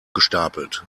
gestapelt